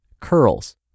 curls